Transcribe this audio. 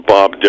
Bob